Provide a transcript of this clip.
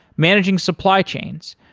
managing supply chains,